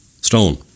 Stone